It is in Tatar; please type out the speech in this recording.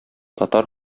татар